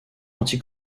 anti